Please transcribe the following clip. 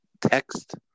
text